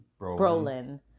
Brolin